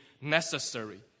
necessary